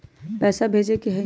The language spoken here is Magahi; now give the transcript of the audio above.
पैसा भेजे के हाइ?